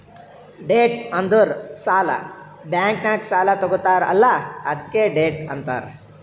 debt ಅಂದುರ್ ಸಾಲ, bank ನಾಗ್ ಸಾಲಾ ತಗೊತ್ತಾರ್ ಅಲ್ಲಾ ಅದ್ಕೆ ಡೆಟ್ ಅಂತಾರ್